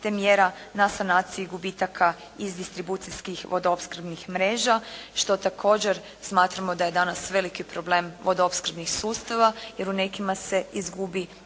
te mjera na sanaciji gubitaka iz distribucijskih vodoopskrbnih mreža što također smatramo da je danas veliki problem vodoopskrbnih sustava jer u nekima se izgubi